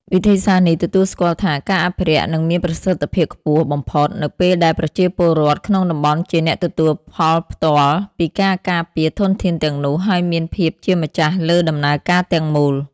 វិធីសាស្រ្តនេះទទួលស្គាល់ថា ការអភិរក្សនឹងមានប្រសិទ្ធភាពខ្ពស់បំផុត នៅពេលដែលប្រជាពលរដ្ឋក្នុងតំបន់ជាអ្នកទទួលផលផ្ទាល់ពីការការពារធនធានទាំងនោះ ហើយមានភាពជាម្ចាស់លើដំណើរការទាំងមូល។